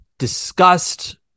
discussed